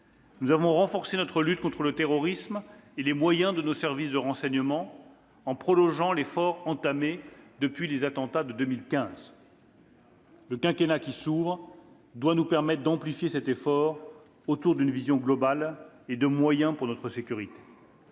Nous avons renforcé notre lutte contre le terrorisme et les moyens de nos services de renseignement, en prolongeant l'effort entamé depuis les attentats de 2015. « Le quinquennat qui s'ouvre doit nous permettre d'amplifier cet effort autour d'une vision globale et de moyens pour notre sécurité.